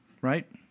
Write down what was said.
right